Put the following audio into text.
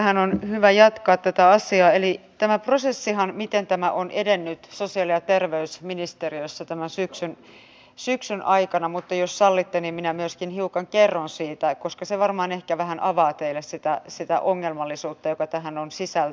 tähän on hyvä jatkaa asiaa tästä prosessista miten tämä on edennyt sosiaali ja terveysministeriössä tämän syksyn aikana mutta jos sallitte niin minä myöskin hiukan kerron siitä koska se varmaan ehkä vähän avaa teille sitä ongelmallisuutta joka tähän on sisältynyt